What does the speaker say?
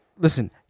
Listen